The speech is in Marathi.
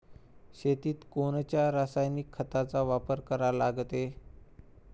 शेतीत कोनच्या रासायनिक खताचा वापर करा लागते?